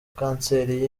kanseri